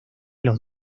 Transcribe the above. los